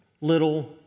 little